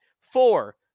four